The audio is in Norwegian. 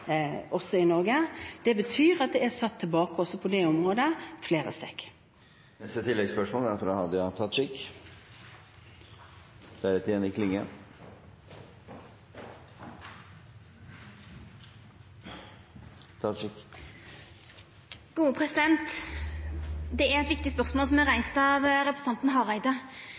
også i Norge. Det betyr at det er satt tilbake flere steg også på det området. Hadia Tajik – til oppfølgingsspørsmål. Det er eit viktig spørsmål som er reist av representanten Hareide. Eg vil understreka at det er